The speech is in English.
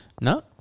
No